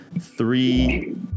three